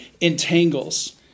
entangles